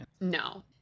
No